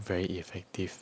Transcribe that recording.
very effective